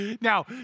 Now